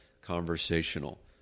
conversational